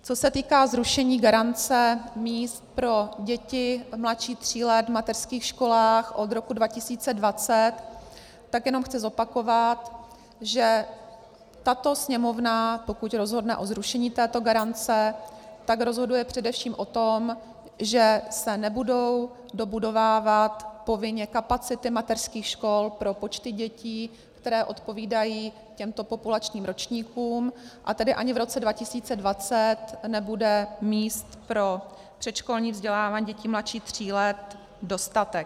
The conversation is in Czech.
Co se týká zrušení garance míst pro děti mladší tří let v mateřských školách od roku 2020, tak jenom chci zopakovat, že tato Sněmovna, pokud rozhodne o zrušení této garance, tak rozhoduje především o tom, že se nebudou dobudovávat povinně kapacity mateřských škol pro počty dětí, které odpovídají těmto populačním ročníkům, a tedy ani v roce 2020 nebude míst pro předškolní vzdělávání dětí mladších tří let dostatek.